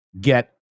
get